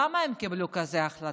למה הם קיבלו כזו החלטה?